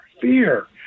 fear